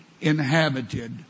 inhabited